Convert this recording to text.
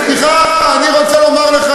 סליחה, אני רוצה לומר לך: